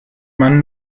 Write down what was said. man